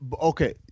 Okay